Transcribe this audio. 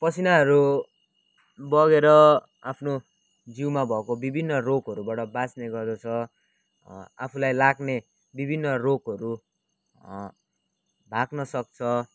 पसिनाहरू बगेर आफ्नो जिउमा भएको विभिन्न रोगहरूबाट बाँच्ने गर्दछ आफुलाई लाग्ने विभिन्न रोगहरू भाग्न सक्छ